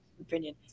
opinion